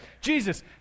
Jesus